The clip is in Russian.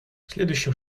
следующим